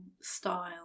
style